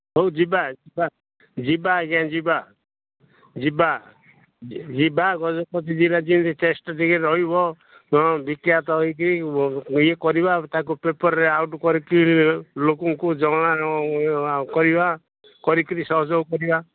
ହଉ ଯିବା ଯିବା ଯିବା ଆଜ୍ଞା ଯିବା ଯିବା ଯିବା ଗଜପତି ଜିଲ୍ଲା ଯେମିତି ଚେଷ୍ଟା ଟିକିଏ ରହିବ ହଁ ବିଖ୍ୟାତ ହୋଇକି ଇଏ କରିବା ତାକୁ ପେପର୍ରେ ଆଉଟ୍ କରିକରି ଲୋକଙ୍କୁ ଜଣା କରିବା କରିକିରି ସହଯୋଗ କରିବା